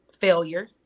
Failure